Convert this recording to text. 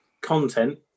Content